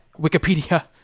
Wikipedia